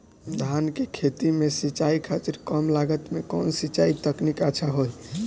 धान के खेती में सिंचाई खातिर कम लागत में कउन सिंचाई तकनीक अच्छा होई?